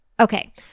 Okay